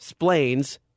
Splains